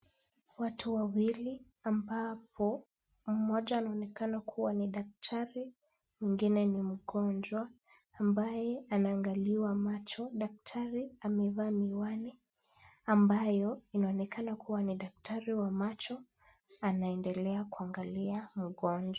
Watu wawili ambapo mmoja anaonekana kuwa ni daktari mwingine ni mgonjwa ambaye anaangaliwa macho. Daktari amevaa miwani ambayo inaonekana kuwa ni daktari wa macho, anaendelea kuangalia mgonjwa.